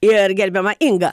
ir gerbiama inga